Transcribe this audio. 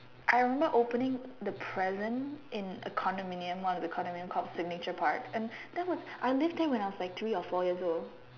I remember opening the present in a condominium what was the condominium called signature park and that I lived there when I was like three or four years old